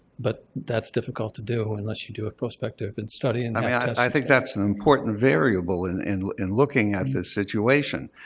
but that's difficult to do unless you do a prospective and study. and i think that's an important variable in in looking at this situation.